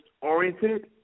oriented